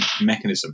mechanism